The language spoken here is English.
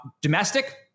Domestic